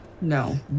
no